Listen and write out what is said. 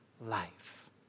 life